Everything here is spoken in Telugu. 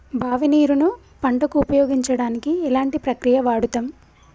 బావి నీరు ను పంట కు ఉపయోగించడానికి ఎలాంటి ప్రక్రియ వాడుతం?